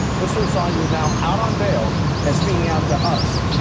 mr. assange is now out on bail and speaking out to us.